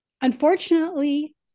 unfortunately